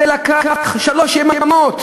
זה לקח שלוש יממות.